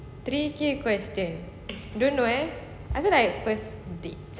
tricky question don't know eh I feel like first date